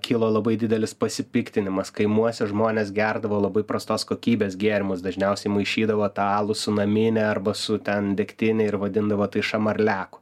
kilo labai didelis pasipiktinimas kaimuose žmonės gerdavo labai prastos kokybės gėrimus dažniausiai maišydavo tą alų su namine arba su ten degtine ir vadindavo tai šamarliaku